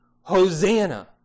Hosanna